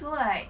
so like